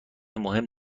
مهم